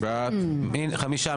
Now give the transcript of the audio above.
חמישה.